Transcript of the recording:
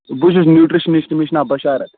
بہٕ چھُس نیوٹرِشنِسٹ مےٚ چھو ناو بشارت